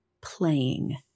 playing